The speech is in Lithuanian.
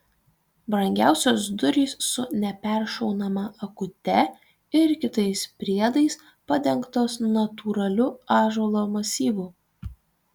brangiausios durys su neperšaunama akute ir kitais priedais padengtos natūraliu ąžuolo masyvu